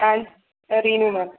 thanks Reenu മാം